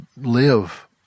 live